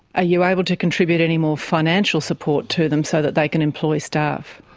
ah you able to contribute any more financial support to them so that they can employ staff?